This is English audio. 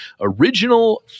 original